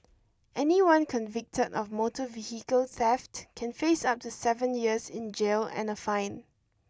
anyone convicted of motor vehicle theft can face up to seven years in jail and a fine